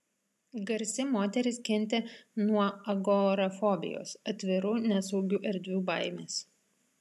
garsi moteris kentė nuo agorafobijos atvirų nesaugių erdvių baimės